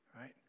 right